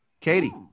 Katie